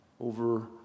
over